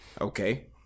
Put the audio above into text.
okay